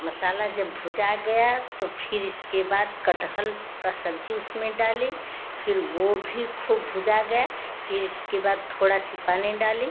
मसाला जब भुजा गया तो फिर इसके बाद कटहल का सब्जी उसमें डाली फिर वो भी खूब भुजा गया फिर इसके बाद थोड़ा सी पानी डाली